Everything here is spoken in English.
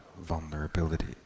vulnerability